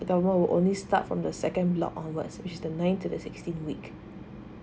the government would only start from the second block onwards which is the nine to the sixteen week